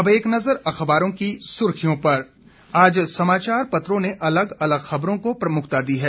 अब एक नजर अखबारों की सुर्खियों पर आज समाचार पत्रों ने अलग अलग खबरों को प्रमुखता दी है